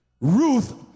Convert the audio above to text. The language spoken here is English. Ruth